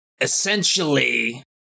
essentially